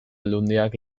aldundiak